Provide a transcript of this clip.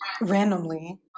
randomly